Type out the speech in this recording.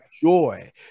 joy